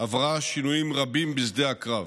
עברה שינויים רבים בשדה הקרב.